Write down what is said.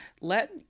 let –